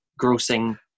grossing